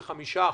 זה 5%,